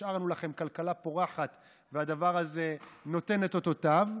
השארנו לכם כלכלה פורחת והדבר הזה נותן את אותותיו.